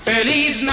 Feliz